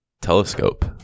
telescope